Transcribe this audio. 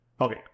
Okay